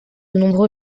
nombreux